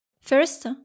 First